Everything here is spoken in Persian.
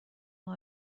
اقا